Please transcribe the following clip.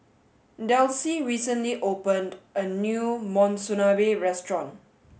Delsie recently opened a new Monsunabe restaurant